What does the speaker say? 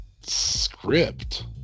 script